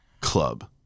club